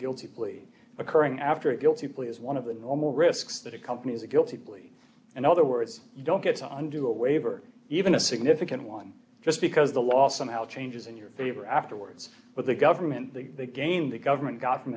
guilty plea occurring after a guilty plea is one of the normal risks that accompanies a guilty plea in other words you don't get to undergo a waiver even a significant one just because the law somehow changes in your favor afterwards but the government the again the government got from